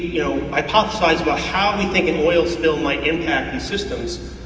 you know hypothesize about how we think an oil spill might impact the systems,